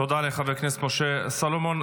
תודה לחבר הכנסת משה סולומון.